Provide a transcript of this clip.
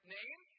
name